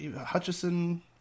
Hutchison